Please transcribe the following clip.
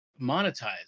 monetize